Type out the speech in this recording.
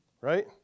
Right